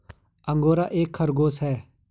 angora एक खरगोश है